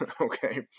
Okay